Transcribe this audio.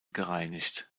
gereinigt